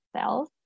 cells